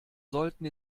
sollten